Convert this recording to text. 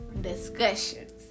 discussions